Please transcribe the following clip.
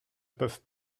peuvent